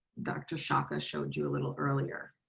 dr. sciacca showed you a little earlier.